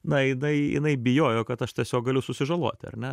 na jinai jinai bijojo kad aš tiesiog galiu susižaloti ar ne